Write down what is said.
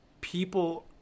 people